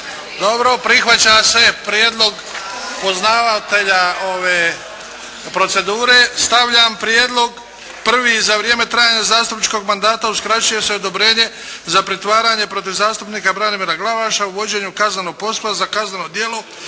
Dobro. Prihvaća se prijedlog poznavatelja ove procedure. Stavljam prijedlog prvi. Za vrijeme trajanja zastupničkog mandata uskraćuje se odobrenje za pritvaranje protiv zastupnika Branimira Glavaša u vođenju kaznenog postupka za kazneno djelo